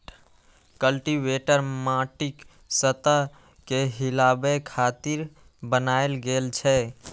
cultivator माटिक सतह कें हिलाबै खातिर बनाएल गेल छै